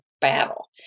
battle